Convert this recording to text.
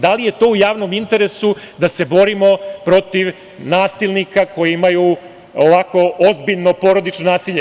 Da li je to u javnom interesu da se borimo protiv nasilnika koji imaju ozbiljno porodično nasilje?